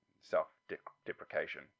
self-deprecation